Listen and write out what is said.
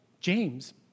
James